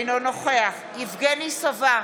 אינו נוכח יבגני סובה,